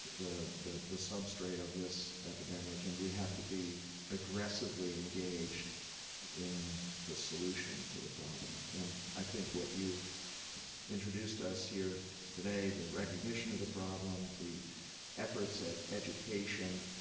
the the substrate of this epidemic. and we have to be aggressively engaged in the solution to the problem. and i think what you've introduced us here today, the and recognition of the problem, the efforts at education,